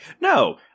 No